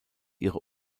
ihre